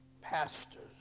pastors